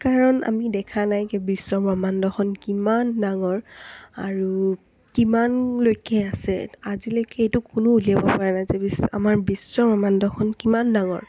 কাৰণ আমি দেখা নাই কি বিশ্ব ব্ৰহ্মাণ্ডখন কিমান ডাঙৰ আৰু কিমানলৈকে আছে আজিলৈকে এইটো কোনেও উলিয়াব পৰা নাই যে বিশ্ব আমাৰ বিশ্ব ব্ৰহ্মাণ্ডখন কিমান ডাঙৰ